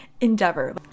endeavor